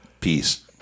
peace